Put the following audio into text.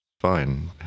fine